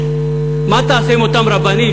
מה תעשה עם אותם רבנים,